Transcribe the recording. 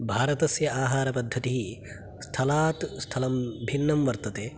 भारतस्य आहारपद्धतिः स्थलात् स्थलं भिन्नं वर्तते